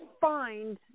find